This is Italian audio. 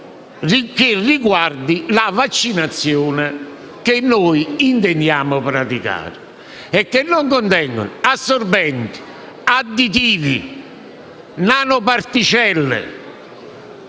che riguardi la vaccinazione che intendiamo praticare e non contengano assorbenti, additivi, nanoparticelle